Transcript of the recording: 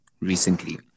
recently